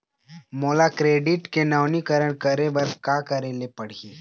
मोला क्रेडिट के नवीनीकरण करे बर का करे ले पड़ही?